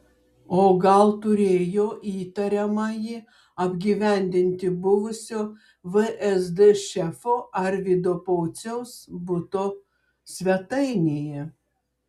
o gal turėjo įtariamąjį apgyvendinti buvusio vsd šefo arvydo pociaus buto svetainėje